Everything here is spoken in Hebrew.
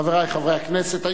חברי חברי הכנסת,